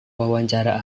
wawancara